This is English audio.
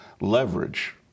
leverage